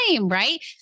right